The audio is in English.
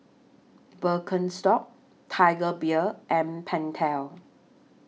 Birkenstock Tiger Beer and Pentel